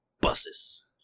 buses